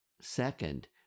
Second